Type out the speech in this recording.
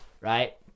right